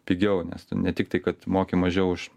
pigiau nes tu ne tik tai kad moki mažiau už